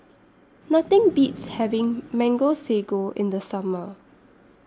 Nothing Beats having Mango Sago in The Summer